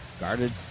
guarded